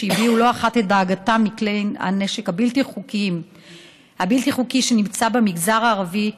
שהביעו לא אחת את דאגתם מהנשק הבלתי-חוקי שנמצא במגזר הערבי,